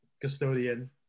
Custodian